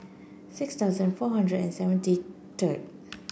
six thousand four hundred and seventy three third